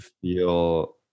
feel